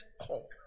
call